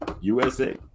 USA